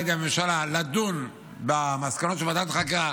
ידי הממשלה לדון במסקנות של ועדת החקירה,